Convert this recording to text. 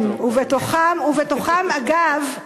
כן, ובתוכם, אגב,